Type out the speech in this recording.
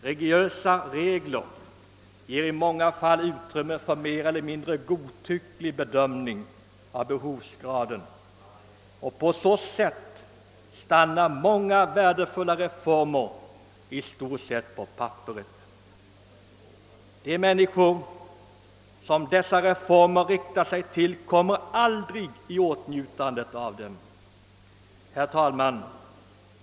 Rigorösa regler ger i många fall utrymme för mer eller mindre godtycklig bedömning av behovsgraden, och på så sätt stannar många värdefulla reformer i stort sett på papperet. De människor som dessa reformer riktat sig till kommer aldrig i åtnjutande av dem. Herr talman!